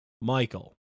Michael